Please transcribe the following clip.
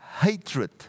hatred